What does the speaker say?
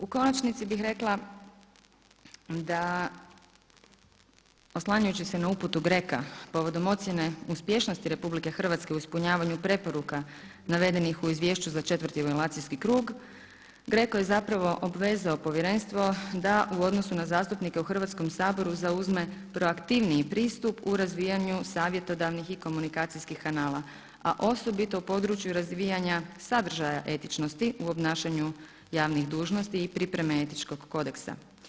U konačnici bih rekla da oslanjajući se na uputu GRECO-a povodom ocjene uspješnosti RH u ispunjavanju preporuka navedenih u izvješću za četvrti evaluacijski krug, GRECO je obvezao povjerenstvo da u odnosu na zastupnike u Hrvatskom saboru zauzme proaktivniji pristup u razvijanju savjetodavnih i komunikacijskih kanala, a osobito u području razvijanja sadržaja etičnosti u obnašanju javnih dužnosti i pripreme etičkog kodeksa.